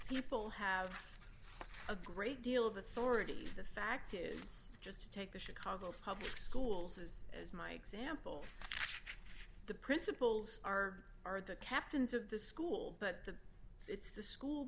people have a great deal of authority the fact is just to take the chicago public schools as as my example the principals are are the captains of the school but the it's the school